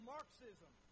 Marxism